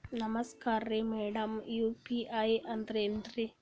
ನಮಸ್ಕಾರ್ರಿ madam UPI ಅಂದ್ರೆನ್ರಿ?